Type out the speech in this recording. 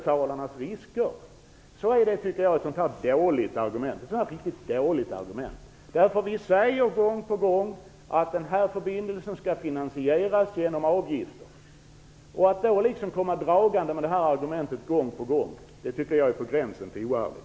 Talet om riskerna för skattebetalarna tycker jag är ett riktigt dåligt argument. Vi säger gång på gång att den här förbindelsen skall finansieras genom avgifter. Att då gång på gång komma dragande med detta argument är på gränsen till oärligt.